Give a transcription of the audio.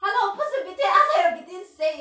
hello 不是 between us then 还有 between 谁